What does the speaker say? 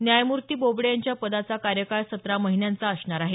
न्यायमूर्ती बोबडे यांच्या पदाचा कार्यकाळ सतरा महिन्यांचा असणार आहे